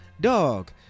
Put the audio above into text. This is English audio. Dog